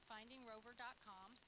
FindingRover.com